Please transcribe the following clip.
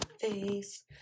face